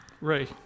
Ray